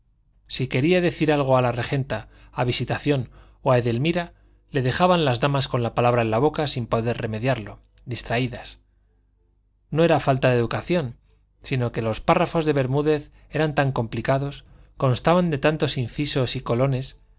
si quería decir algo a la regenta a visitación o a edelmira le dejaban las damas con la palabra en la boca sin poder remediarlo distraídas no era falta de educación sino que los párrafos de bermúdez eran tan complicados constaban de tantos incisos y colones